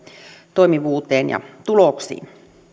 toimivuuteen ja tuloksiin